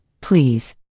please